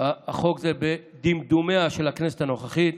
החוק הזה בדמדומיה של הכנסת הנוכחית,